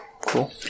Cool